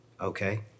Okay